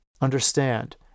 understand